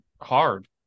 hard